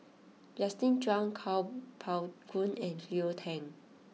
Justin Zhuang Kuo Pao Kun and Cleo Thang